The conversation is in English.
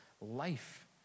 life